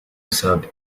served